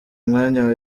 mwanya